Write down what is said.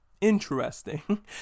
interesting